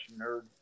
Nerd